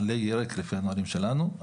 לפי הנהלים שלנו,